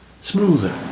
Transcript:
smoother